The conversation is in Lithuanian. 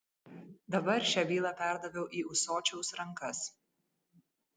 dabar šią bylą perdaviau į ūsočiaus rankas